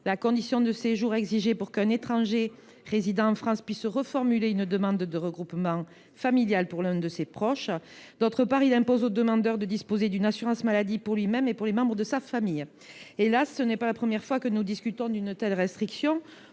la durée de séjour exigée d’un étranger résidant en France avant de pouvoir déposer une demande de regroupement familial pour l’un de ses proches. D’autre part, il impose au demandeur de disposer d’une assurance maladie pour lui même et pour les membres de sa famille. Ce n’est pas – hélas !– la première fois que nous discutons d’une telle restriction.